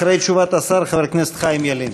אחרי תשובת השר, חבר הכנסת חיים ילין.